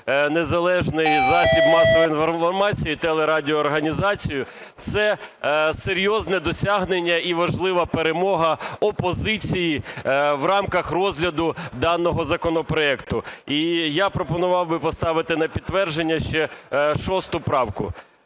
незалежний засіб масової інформації і телерадіоорганізацію, – це серйозне досягнення і важлива перемога опозиції в рамках розгляду даного законопроекту. І я пропонував би поставити на підтвердження ще 6 правку.